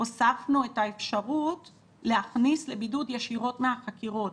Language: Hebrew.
הוספנו את האפשרות להכניס לבידוד ישירות מהחקירות.